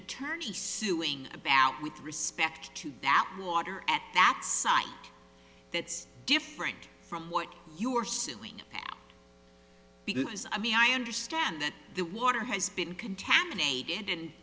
attorney suing about with respect to that water at that site that's different from what your silly ass because i mean i understand that that water has been contaminated and